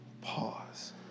Pause